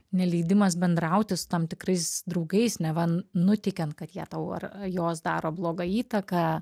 neleidimas bendrauti su tam tikrais draugais neva nuteikiant kad jie tau ar jos daro blogą įtaką